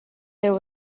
there